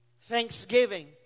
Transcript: Thanksgiving